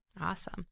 Awesome